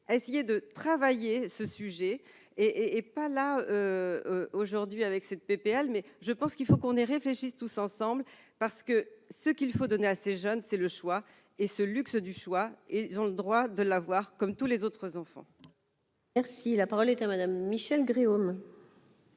essayer de travailler ce sujet est est pas là aujourd'hui, avec cette PPL mais je pense qu'il faut qu'on ait réfléchisse tous ensemble parce que ce qu'il faut donner à ces jeunes, c'est le choix et ce luxe du choix et ils ont le droit de l'avoir comme tous les autres enfants. Merci, la parole est à madame Michelle Gréaume.